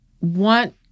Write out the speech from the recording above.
want